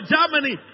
Germany